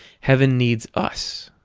heaven needs us.